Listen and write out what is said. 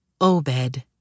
Obed